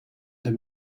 him